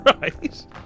Right